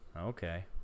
Okay